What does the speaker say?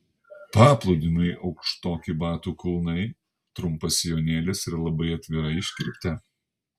paplūdimiui aukštoki batų kulnai trumpas sijonėlis ir labai atvira iškirptė